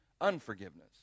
unforgiveness